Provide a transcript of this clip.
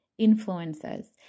influences